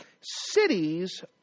Cities